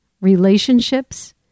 relationships